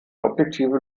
objektive